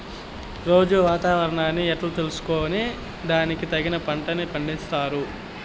రోజూ వాతావరణాన్ని ఎట్లా తెలుసుకొని దానికి తగిన పంటలని పండిస్తారు?